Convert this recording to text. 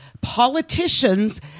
politicians